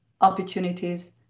opportunities